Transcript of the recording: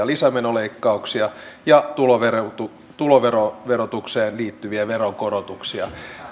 lisämenoleikkauksia ja tuloverotukseen tuloverotukseen liittyviä veronkorotuksia